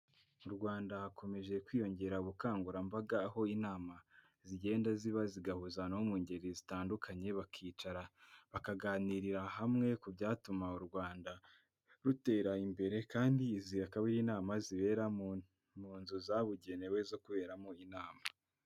Mu rwanda hakomeje kwiyongera ubukangurambaga aho inama zigenda ziba zigahuza no mu ngeri zitandukanye bakicara bakaganirira hamwe ku byatuma u rwanda rutera imbere kandi zihakabaho inama zibera mu munzu zabugenewe zo kuberamo inama.